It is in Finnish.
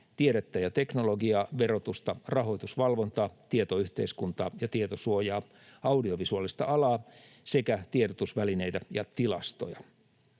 tiedettä ja teknologiaa, verotusta, rahoitusvalvontaa, tietoyhteiskuntaa ja tietosuojaa, audiovisuaalista alaa sekä tiedotusvälineitä ja tilastoja.